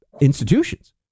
institutions